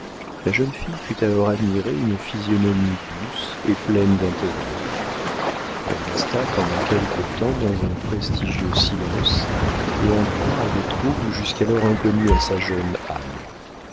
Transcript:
la jeune fille put alors admirer une physionomie douce et pleine d'intérêt elle resta pendant quelque temps dans un prestigieux silence et en proie à des troubles jusqu'alors inconnus à sa jeune âme